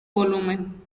volumen